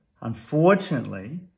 Unfortunately